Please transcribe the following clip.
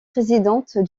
présidente